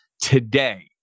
today